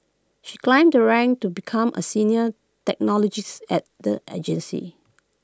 she climbed the ranks to become A senior technologist at the agency